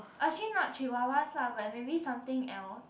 or actually not chihuahuas lah but maybe something else